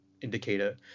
indicator